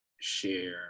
share